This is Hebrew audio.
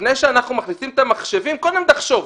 לפני שאנחנו מכניסים את המחשבים, קודם תחשוב.